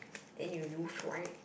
then you lose right